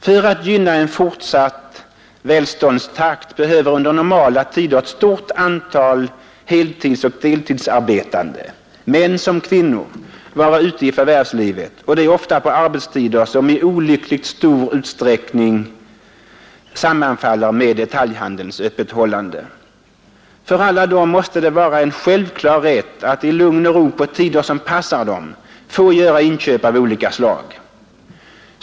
För att gynna en fortsatt välståndstakt behöver under normala tider ett stort antal heltidsoch deltidsarbetande, män såväl som kvinnor, vara ute i förvärvslivet och det ofta på arbetstider som i olyckligt stor utsträckning sammanfaller med detaljhandelns öppethållande. För alla dem måste det vara en självklar rätt att i lugn och ro och på tider som passar dem få göra inköp av olika slag.